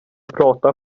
prata